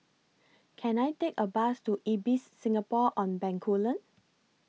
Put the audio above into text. Can I Take A Bus to Ibis Singapore on Bencoolen